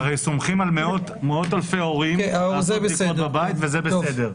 הרי סומכים על מאות אלפי הורים שיעשו בדיקות בבית וזה בסדר.